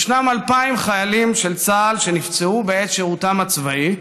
ישנם 2,000 חיילים של צה"ל שנפצעו בעת שירותם הצבאי,